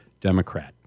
Democrat